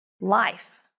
Life